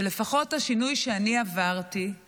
ולפחות השינוי שאני עברתי הוא